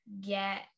get